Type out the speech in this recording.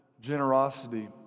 generosity